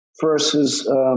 versus